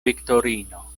viktorino